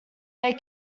they